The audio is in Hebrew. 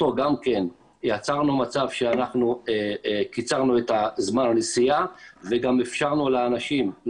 גם יצרנו מצב שקיצרנו את זמן הנסיעה וגם אפשרנו לאנשים,